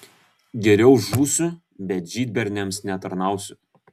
geriau žūsiu bet žydberniams netarnausiu